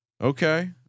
Okay